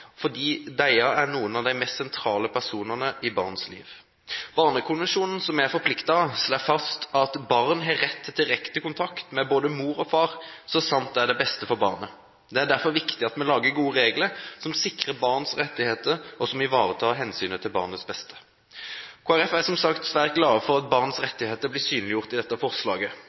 fordi disse er noen av de mest sentrale personene i barns liv. Barnekonvensjonen, som vi er forpliktet av, slår fast at barn har rett til direkte kontakt med både mor og far, så sant det er det beste for barnet. Det er derfor viktig at vi lager gode regler som sikrer barns rettigheter, og som ivaretar hensynet til barnets beste. Kristelig Folkeparti er som sagt svært glad for at barns rettigheter blir synliggjort i dette forslaget,